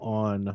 on